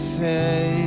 say